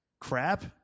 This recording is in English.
Crap